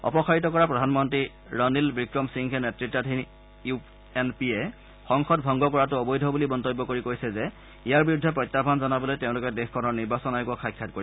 অপসাৰিত কৰা প্ৰধানমন্ত্ৰী ৰাণীল বিক্ৰমসিংঘে নেতৃতাধীন ইউ এন পিয়ে সংসদ ভংগ কৰাটো অবৈধ বুলি মন্তব্য কৰি কৈছে যে ইয়াৰ বিৰুদ্ধে প্ৰত্যাহান জনাবলৈ তেওঁলোকে দেশখনৰ নিৰ্বাচন আয়োগক সাক্ষাৎ কৰিব